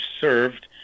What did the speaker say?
served